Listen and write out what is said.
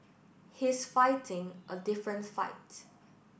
he's fighting a different fight